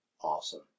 awesome